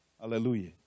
Hallelujah